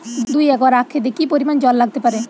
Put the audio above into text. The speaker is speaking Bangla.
দুই একর আক ক্ষেতে কি পরিমান জল লাগতে পারে?